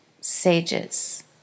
sages